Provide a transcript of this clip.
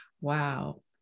Wow